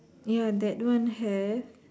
ya that one have